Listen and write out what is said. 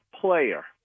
player